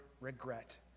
regret